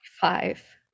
Five